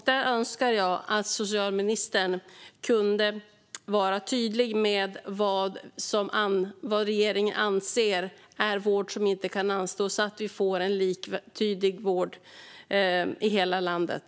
Jag önskar alltså att socialministern kunde vara tydlig med vad regeringen anser är vård som inte kan anstå så att vi får en liktydighet i hela landet.